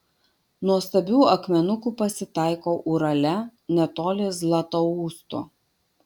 nuostabių akmenukų pasitaiko urale netoli zlatousto